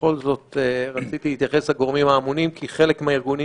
ובכל זאת רציתי להתייחס לגורמים האמונים כי חלק מהארגונים